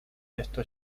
esto